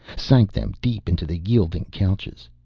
sank them deep into the yielding couches.